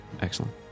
Excellent